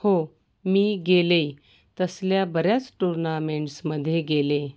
हो मी गेले तसल्या बऱ्याच टूर्नामेंट्समध्ये गेले